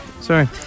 Sorry